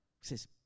says